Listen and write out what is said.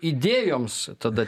idėjoms tada